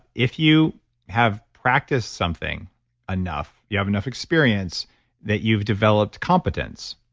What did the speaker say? if you have practiced something enough you have enough experience that you've developed competence,